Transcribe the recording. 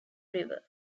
river